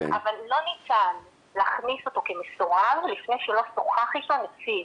אבל לא ניתן להכניס אותו כמסורב לפני שלא שוחח איתו נציג.